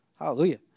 hallelujah